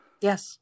Yes